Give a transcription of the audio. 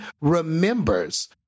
remembers